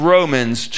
Romans